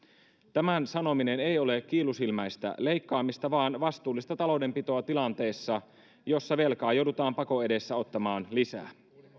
tämän sanominen ei ole kiilusilmäistä leikkaamista vaan vastuullista taloudenpitoa tilanteessa jossa velkaa joudutaan pakon edessä ottamaan lisää